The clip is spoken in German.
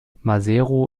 maseru